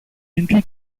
entry